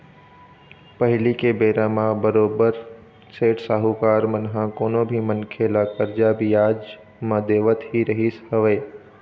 पहिली के बेरा म बरोबर सेठ साहूकार मन ह कोनो भी मनखे ल करजा बियाज म देवत ही रहिस हवय